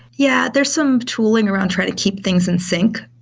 yeah. there's some tooling around trying to keep things in sync.